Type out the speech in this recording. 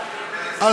אני יודע היסטוריה.